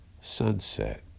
sunset